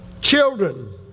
Children